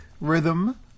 rhythm